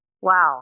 wow